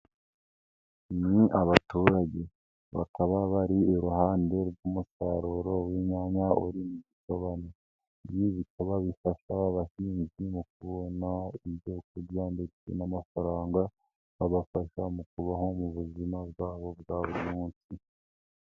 Ni abaturage bakaba bari iruhande rw'umusaruro w'inyanya uri mu gitebo ibi bikaba bifasha abahinzi mu kubona ibyo kurya ndetse n'amafaranga abafasha mu kubaho mu buzima bwabo bwa buri munsi.